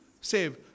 save